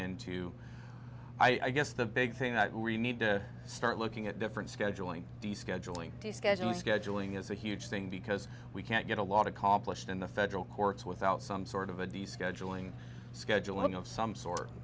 into i guess the big thing that we need to start looking at different scheduling the scheduling the scheduling scheduling is a huge thing because we can't get a lot accomplished in the federal courts without some sort of a disco joining scheduling of some sort